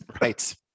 right